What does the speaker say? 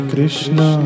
Krishna